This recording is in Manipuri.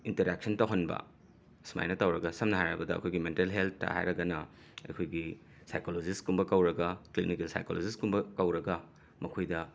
ꯏꯟꯇꯔꯦꯛꯁꯟ ꯇꯧꯍꯟꯕ ꯁꯨꯃꯥꯏꯅ ꯇꯧꯔꯒ ꯁꯝꯅ ꯍꯥꯏꯔꯕꯗ ꯑꯩꯈꯣꯏꯒꯤ ꯃꯦꯟꯇꯦꯜ ꯍꯦꯜꯠꯇ ꯍꯥꯏꯔꯒꯅ ꯑꯩꯈꯣꯏꯒꯤ ꯁꯥꯏꯀꯣꯂꯣꯖꯤꯁꯀꯨꯝꯕ ꯀꯧꯔꯒ ꯀ꯭ꯂꯤꯅꯤꯀꯦꯜ ꯁꯥꯏꯀꯣꯂꯣꯖꯤꯁꯀꯨꯝꯕ ꯀꯧꯔꯒ ꯃꯈꯣꯏꯗ